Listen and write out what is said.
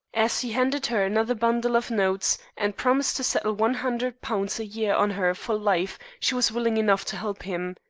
as he handed her another bundle of notes, and promised to settle one hundred pounds a year on her for life, she was willing enough to help him.